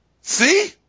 See